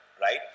right